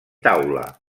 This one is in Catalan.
taula